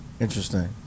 Interesting